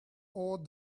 all